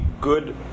good